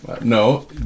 No